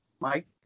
Mike